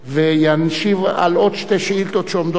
וישיב על עוד שתי שאילתות שעומדות לפנינו עכשיו.